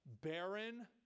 barren